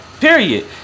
Period